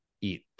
eat